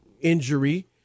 injury